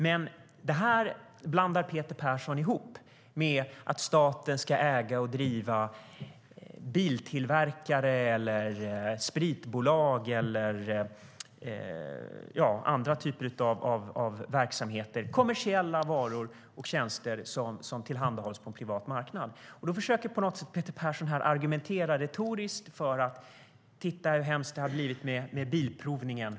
Men Peter Persson blandar ihop detta med att staten ska äga och driva biltillverkare, spritbolag och andra typer av verksamheter där kommersiella varor och tjänster tillhandahålls på en privat marknad. Peter Persson försöker argumentera retoriskt och säger att vi ska titta på hur hemskt det har blivit med bilprovningen.